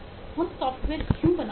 हम सॉफ्टवेयर क्यों बनाते हैं